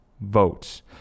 votes